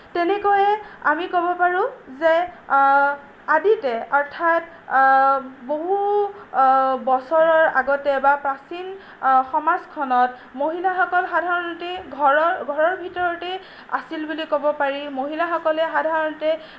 তেনেকৈয়ে আমি ক'ব পাৰো যে আদিতে অৰ্থাৎ বহু বছৰৰ আগতে বা প্ৰাচীন সমাজখনত মহিলাসকল সাধাৰণতে ঘৰৰ ঘৰৰ ভিতৰতেই আছিল বুলি ক'ব পাৰি মহিলাসকলে সাধাৰণতে